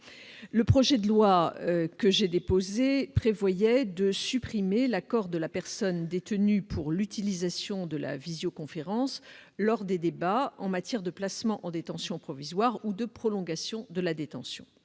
projet de loi, tel que je l'ai déposé, prévoyait de supprimer la nécessité de l'accord de la personne détenue pour l'utilisation de la visioconférence lors des débats en matière de placement en détention provisoire ou de prolongation de la détention.